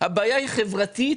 הבעיה היא חברתית